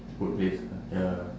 workplace ah ya